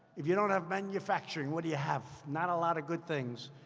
if you don't have manufacturing, what do you have? not a lot of good things.